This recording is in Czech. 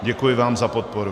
Děkuji vám za podporu.